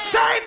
Say